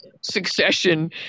succession